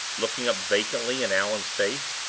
looking up vacantly in allan's face.